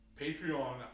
Patreon